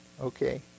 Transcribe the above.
Okay